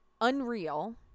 Unreal